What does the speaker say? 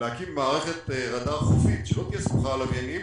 להקים מערכת רדאר חופית שלא תהיה סמוכה על לוויינים.